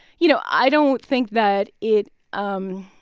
you know, i don't think that it um